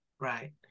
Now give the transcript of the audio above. right